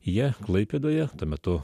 jie klaipėdoje tuo metu